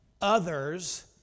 others